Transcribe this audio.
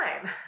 time